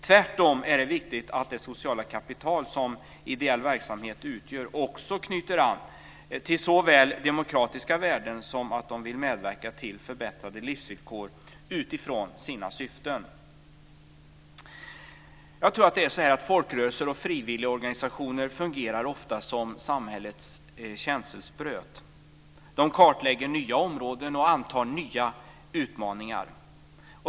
Tvärtom är det viktigt att ideell verksamhet, som del av det sociala kapitalet, såväl knyter an till demokratiska värden som medverkar till förbättrade livsvillkor utifrån sina syften. Jag tror att folkrörelser och frivilligorganisationer ofta fungerar som samhällets känselspröt. De kartlägger nya områden och antar nya utmaningar.